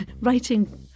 writing